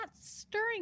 stirring